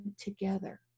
together